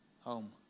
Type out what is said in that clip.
home